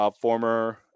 former